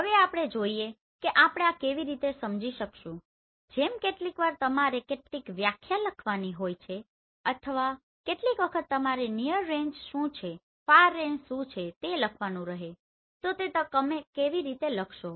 હવે ચાલો જોઈએ કે આપણે આ કેવી રીતે સમજી શકી જેમ કેટલીકવાર તમારે કેટલીક વ્યાખ્યા લખવાની હોય છે અથવા કેટલીક વખત તમારે નીઅર રેંજ શું છે ફાર રેંજ શું છે તે લખવાનું રહે તો તે તમે કેવી રીતે લખશો